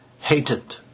hated